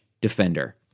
Defender